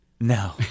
No